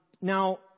Now